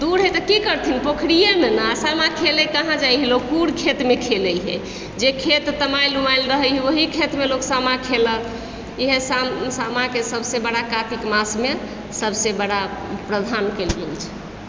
दूर हइ तऽ की करथिन पोखरियेमे नऽ आओर सामा खेलय लए कहाँ जाइए लोक खेतमे खेलय हइ जे खेत तमायल उमायल रहय हइ ओही खेतमे लोक सामा खेललक इएह साम सामाके सब सँ बड़ा कातिक मासमे सब सँ बड़ा प्रावधान कयल गेल छै